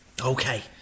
Okay